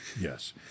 Yes